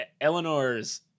Eleanor's